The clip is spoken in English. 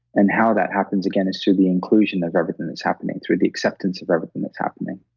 and how that happens again is through the inclusion of everything that's happening, through the acceptance of everything that's happening,